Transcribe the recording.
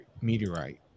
meteorite